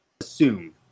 assume